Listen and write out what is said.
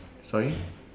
sorry